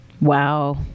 Wow